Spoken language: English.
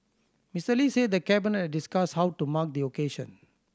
Mister Lee said the Cabinet discussed how to mark the occasion